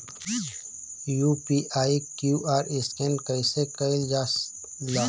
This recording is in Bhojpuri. यू.पी.आई क्यू.आर स्कैन कइसे कईल जा ला?